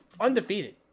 undefeated